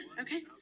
okay